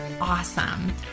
awesome